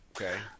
Okay